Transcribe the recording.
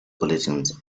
bulletins